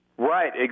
Right